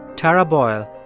tara boyle,